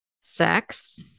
sex